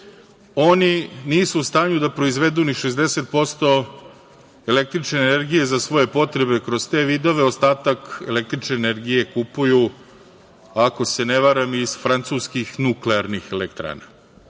Oni nisu u stanju da proizvedu ni 60% električne energije za svoje potrebe kroz te vidove, ostatak električne energije kupuju, ako se ne varam, iz francuskih nuklearnih elektrana. Zaista